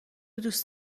دوست